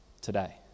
today